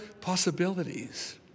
possibilities